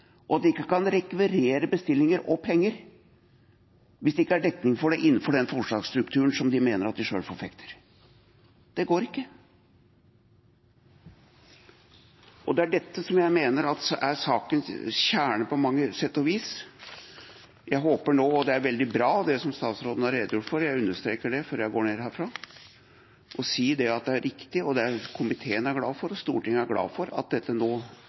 og at de ikke kan rekvirere bestillinger og penger hvis det ikke er dekning for det innenfor den forsvarsstrukturen som de mener at de selv forfekter. Det går ikke. Det er dette som jeg mener er sakens kjerne, på sett og vis. Det er veldig bra, det som statsråden har redegjort for – jeg understreker det før jeg går ned herfra – og at hun sier at det er riktig. Komiteen og Stortinget er glad for at dette nå er kommet i orden. Men, som representanten Eldegard også sa, det er godt gjort at man tok tak i dette